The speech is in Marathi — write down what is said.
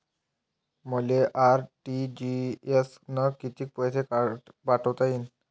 मले आर.टी.जी.एस न कितीक पैसे पाठवता येईन?